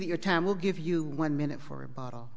that your time will give you one minute for a bottle